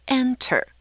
enter。